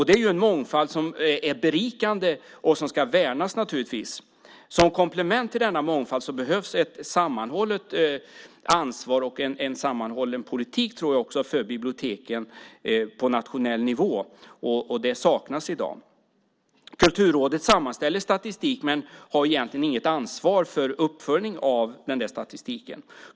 Det är en mångfald som är berikande och som naturligtvis ska värnas. Som komplement till denna mångfald behövs ett sammanhållet ansvar och en sammanhållen politik för biblioteken på nationell nivå, vilket saknas i dag. Kulturrådet sammanställer statistik men har egentligen inget ansvar för uppföljning av denna statistik.